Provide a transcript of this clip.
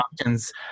options